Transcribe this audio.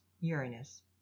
Uranus